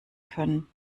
können